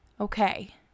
Okay